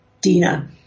Dina